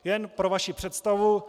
Jen pro vaši představu.